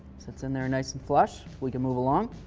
sits in there, nice and flush. we can move along.